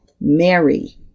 Mary